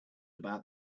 about